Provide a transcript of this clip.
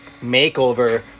makeover